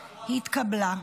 התקבלה.